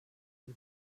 and